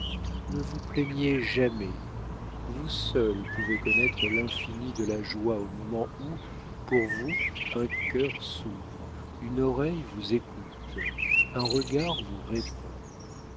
ne vous plaignez jamais vous seuls pouvez connaître l'infini de la joie au moment où pour vous un cœur s'ouvre une oreille vous écoute un regard vous répond